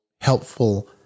helpful